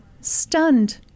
stunned